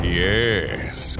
yes